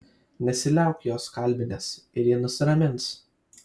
nesiliauk jos kalbinęs ir ji nusiramins